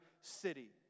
city